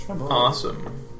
Awesome